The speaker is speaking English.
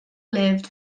lived